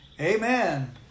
Amen